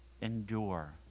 endure